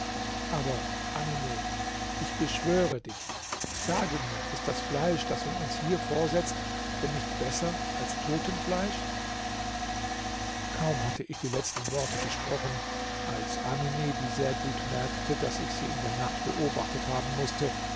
aber amine ich beschwöre dich sage mir ist das fleisch das man uns hier vorsetzt denn nicht besser als totenfleisch kaum hatte ich die letzten worte gesprochen als amine die sehr gut merkte daß ich sie in der nacht beobachtet haben mußte